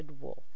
Wolf